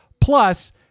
plus